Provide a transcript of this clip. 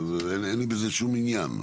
אין לי בזה שום עניין.